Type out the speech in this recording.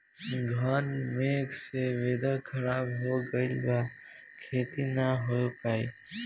घन मेघ से वेदर ख़राब हो गइल बा खेती न हो पाई